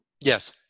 Yes